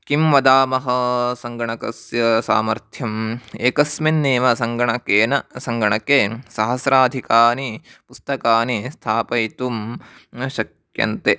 किं वदामः सङ्गणकस्य सामर्थ्यम् एकस्मिन्नेव सङ्गणकेन सङ्गणके सहस्राधिकानि पुस्तकानि स्थापयितुं शक्यन्ते